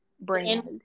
brand